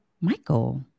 Michael